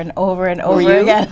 and over and over again